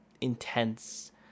intense